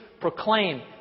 proclaim